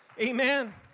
Amen